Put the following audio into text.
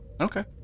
Okay